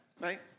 right